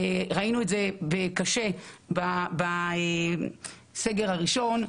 ראינו את זה קשה בסגר הראשון,